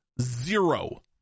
zero